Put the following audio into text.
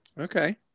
Okay